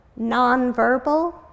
nonverbal